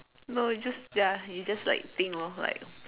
no it's just ya it's just like think orh like